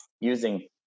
using